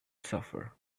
suffer